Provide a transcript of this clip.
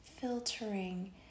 filtering